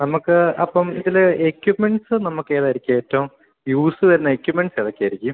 നമ്മൾക്ക് അപ്പം ഇതിൽ എക്യുപ്മെൻ്റ്സ് നമുക്കേതായിരിക്കും ഏറ്റവും യൂസ് വരുന്ന എക്യുപ്മെൻ്റ്സ് ഏതൊക്കെയായിരിക്കും